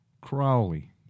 Crowley